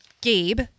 Gabe